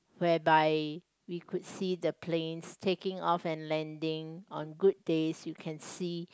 whereby you could see the planes taking off and landing on good days you can see